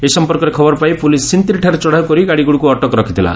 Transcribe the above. ଏ ସମ୍ପର୍କରେ ଖବର ପାଇ ପୁଲିସ ସିନ୍ତିରିଠାରେ ଚଢାଉ କରି ଗାଡ଼ିଗୁଡ଼ିକୁ ଅଟକ ରଖିଥଲା